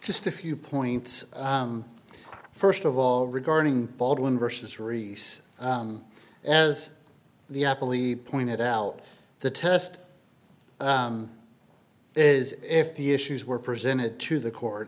just a few points first of all regarding baldwin versus rees as the apple e pointed out the test is if the issues were presented to the court